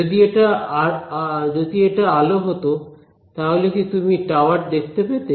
যদি এটা আলো হত তাহলে কি তুমি টাওয়ার দেখতে পেতে